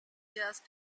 just